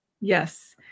Yes